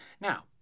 Now